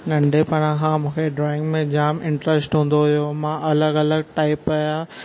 नंढिपणु खा मूंखे ड्राइंग में जाम इंट्र्स्ट हूंदो हुयो मां अलगि॒ अलगि॒ टाइप जा